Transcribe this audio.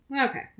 okay